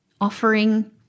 offering